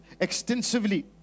extensively